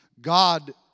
God